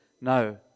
no